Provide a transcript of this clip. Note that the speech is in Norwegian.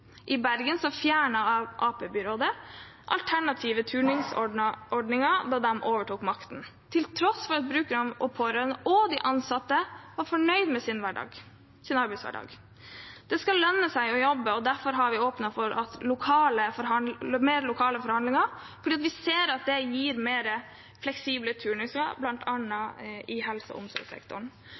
I Bergen fjernet Arbeiderparti-byrådet alternative turnusordninger da de overtok makten, til tross for at brukere og pårørende var fornøyde, og at de ansatte var fornøyde med sin arbeidshverdag. Det skal lønne seg å jobbe, derfor har vi åpnet for mer lokale forhandlinger. Vi ser at det gir mer fleksible turnuser, bl.a. i helse- og omsorgssektoren.